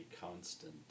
constant